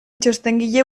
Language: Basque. txostengile